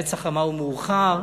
שהנץ החמה הוא מאוחר,